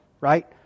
Right